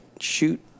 shoot